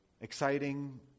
Exciting